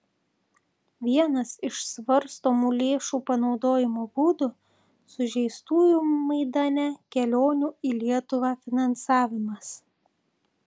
vienas iš svarstomų lėšų panaudojimo būdų sužeistųjų maidane kelionių į lietuvą finansavimas